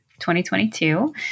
2022